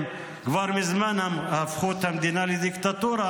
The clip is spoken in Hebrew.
כבר מזמן הפכו את המדינה לדיקטטורה,